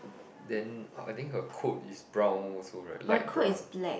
then I think her coat is brown also right light brown